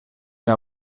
una